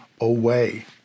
away